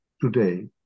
today